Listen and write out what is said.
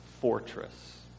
fortress